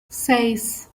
seis